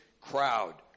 crowd